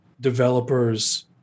developers